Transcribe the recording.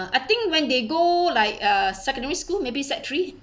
I think when they go like uh secondary school maybe sec three